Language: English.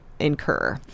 Incur